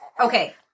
Okay